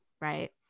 right